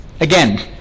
Again